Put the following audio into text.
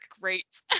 great